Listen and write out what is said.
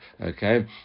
Okay